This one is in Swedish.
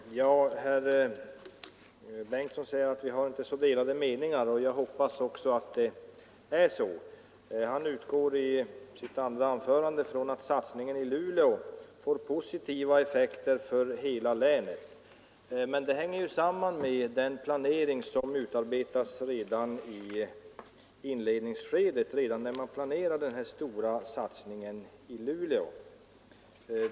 Fru talman! Statsrådet Bengtsson sade att vi inte har några delade meningar, och jag hoppas att det också är så. I sitt andra anförande utgick statsrådet från att satsningen i Luleå får positiva effekter för hela länet, men det hänger ju samman med den planering som måste utarbetas redan i inledningsskedet, alltså när man planerar denna stora satsning i Luleå.